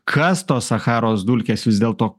kas tos sacharos dulkės vis dėlto